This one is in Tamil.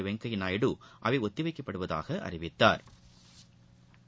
வெங்கய்யா நாயுடு அவை ஒத்தி வைக்கப்படுவதாக அறிவித்தாா்